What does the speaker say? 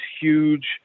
huge